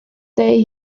day